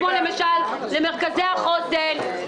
----- כמו למרכזי החוסן.